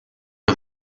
was